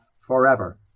forever